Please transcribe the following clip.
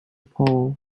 pole